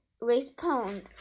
respond